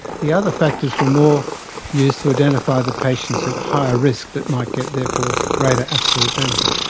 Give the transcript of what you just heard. the other factors were more used to identify the patients at higher risk that might get therefore greater absolute benefit.